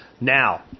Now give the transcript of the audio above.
Now